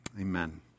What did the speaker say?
Amen